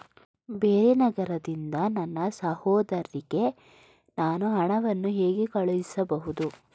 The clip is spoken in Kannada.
ಬೇರೆ ನಗರದಿಂದ ನನ್ನ ಸಹೋದರಿಗೆ ನಾನು ಹಣವನ್ನು ಹೇಗೆ ಕಳುಹಿಸಬಹುದು?